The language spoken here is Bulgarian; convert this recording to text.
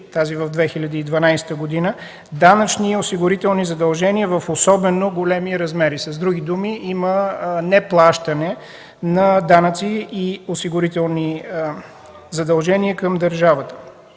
(тази в 2012 г.) данъчни и осигурителни задължения в особено големи размери. С други думи има неплащане на данъци и осигурителни задължения към държавата.